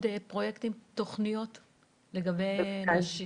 פרויקטים ותוכניות של תעסוקת נשים?